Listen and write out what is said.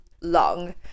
long